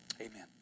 Amen